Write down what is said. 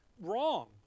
wrong